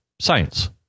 science